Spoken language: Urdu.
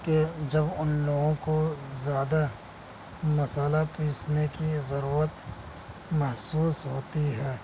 کہ جب ان لوگوں کو زیادہ مصالحہ پیسنے کی ضرورت محسوس ہوتی ہے